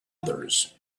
others